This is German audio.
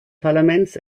parlaments